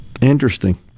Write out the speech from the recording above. Interesting